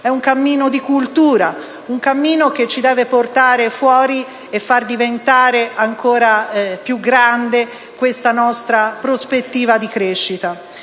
un cammino di cultura, che deve portarci fuori e far diventare ancora più grande questa nostra prospettiva di crescita.